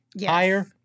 higher